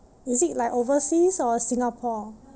is it like overseas or Singapore